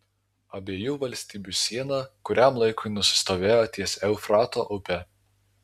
abiejų valstybių siena kuriam laikui nusistovėjo ties eufrato upe